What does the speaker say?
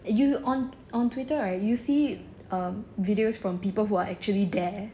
you on on twitter right you see um videos from people who are actually there